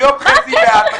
מה הקשר?